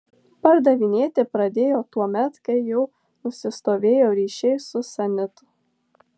pardavinėti pradėjo tuomet kai jau nusistovėjo ryšiai su sanitu